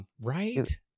right